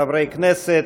חברי כנסת,